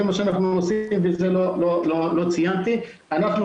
לא ציינתי אבל זה מה שאנחנו עושים.